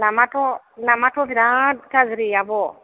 लामाथ' लामाथ' बिराद गाज्रि आब'